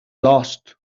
lost